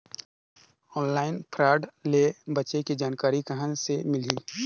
Online fraud ले बचे के जानकारी कहां ले मिलही?